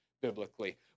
biblically